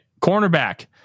Cornerback